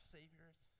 Saviors